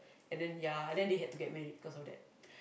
and then ya and then they had to get married because of that